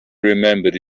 remembered